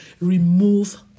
remove